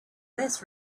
less